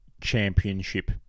championship